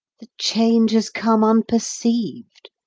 the change has come unperceived.